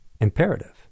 imperative